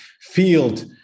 field